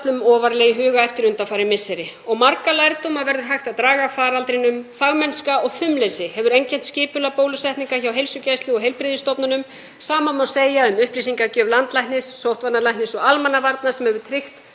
er okkur öllum ofarlega í huga eftir undanfarin misseri og marga lærdóma verður hægt að draga af faraldrinum. Fagmennska og fumleysi hefur einkennt skipulag bólusetningar hjá heilsugæslu og heilbrigðisstofnunum. Sama má segja um upplýsingagjöf landlæknis, sóttvarnalæknis og almannavarna sem hefur tryggt